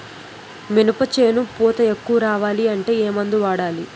మినప చేను పూత ఎక్కువ రావాలి అంటే ఏమందు వాడాలి?